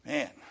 Man